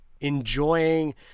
enjoying